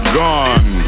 gone